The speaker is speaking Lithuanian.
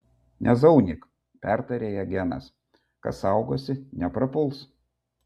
nezaunyk pertarė ją genas kas saugosi neprapuls